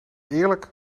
eerlijk